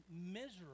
miserable